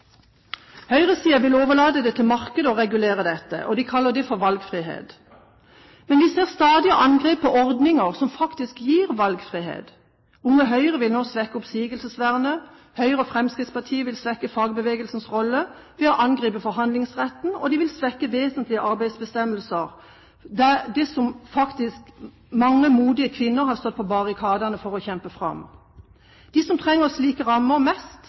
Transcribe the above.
vil overlate til markedet å regulere dette, og de kaller det for valgfrihet. Men vi ser stadige angrep på ordninger som faktisk gir valgfrihet. Unge Høyre vil nå svekke oppsigelsesvernet, Høyre og Fremskrittspartiet vil svekke fagbevegelsens rolle ved å angripe forhandlingsretten, og de vil svekke vesentlige arbeidsbestemmelser – det som faktisk mange modige kvinner sto på barrikadene for å kjempe fram. De som trenger slike rammer mest,